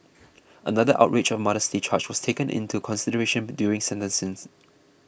another outrage of modesty charge was taken into consideration during sentencing